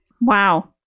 Wow